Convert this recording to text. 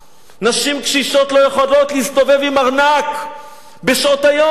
נשים קשישות לא יכולות להסתובב עם ארנק בשעות היום.